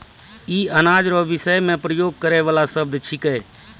ई अनाज रो विषय मे प्रयोग करै वाला शब्द छिकै